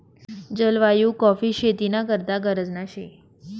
जलवायु काॅफी शेती ना करता गरजना शे